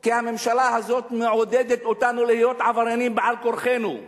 כי הממשלה הזאת מעודדת אותנו להיות עבריינים בעל כורחנו,